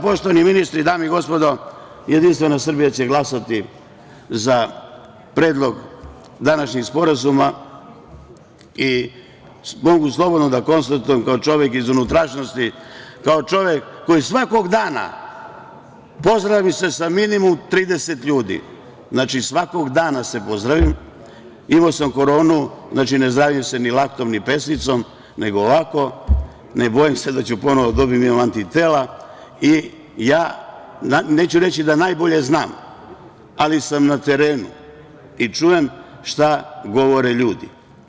Poštovani ministri, dame i gospodo, JS će glasati za predlog današnjih sporazuma i mogu slobodno da konstatujem, kao čovek iz unutrašnjosti, kao čovek koji se svakog dana pozdravi sa minimum 30 ljudi, znači svakog dana se pozdravim, imao sam koronu, znači ne zdravim se ni laktom ni pesnicom, nego ovako, ne bojim se da ću ponovo dobiti, imam antitela, i neću reći da najbolje znam, ali sam na terenu i čujem šta govore ljudi.